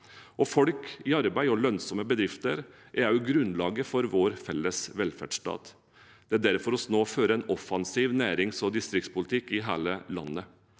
Folk i arbeid og lønnsomme bedrifter er også grunnlaget for vår felles velferdsstat. Det er derfor vi nå fører en offensiv nærings- og distriktspolitikk i hele landet.